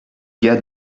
gars